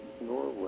Norway